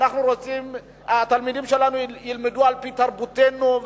התלמידים שלנו ילמדו על-פי תרבותנו,